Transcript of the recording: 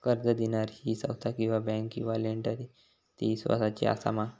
कर्ज दिणारी ही संस्था किवा बँक किवा लेंडर ती इस्वासाची आसा मा?